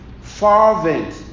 fervent